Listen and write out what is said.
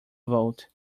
vote